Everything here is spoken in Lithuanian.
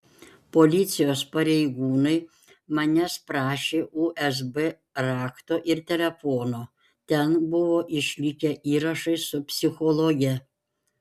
policijos pareigūnai manęs prašė usb rakto ir telefono ten buvo išlikę įrašai su psichologe